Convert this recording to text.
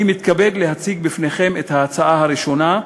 אני מתכבד להציג בפניכם את ההצעה הראשונה: